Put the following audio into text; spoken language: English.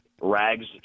Rags